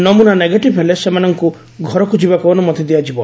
ନମୁନା ନେଗେଟିଭ୍ ହେଲେ ସେମାନଙ୍କୁ ଘରକୁ ଯିବାକୁ ଅନୁମତି ଦିଆଯିବ